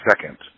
second